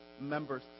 members